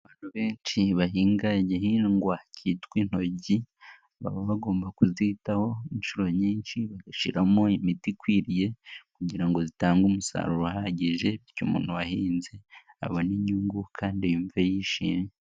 Benshi bahinga igihingwa kitwa intoryi baba bagomba kuzitaho inshuro nyinshi bagashyiramo imiti ikwiriye kugira ngo zitange umusaruro uhagije bityo umuntu wahinze abone inyungu kandi yumve yishimye.